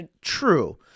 True